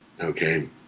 okay